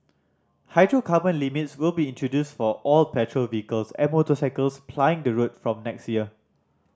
hydrocarbon limits will be introduced for all petrol vehicles and motorcycles plying the road from next year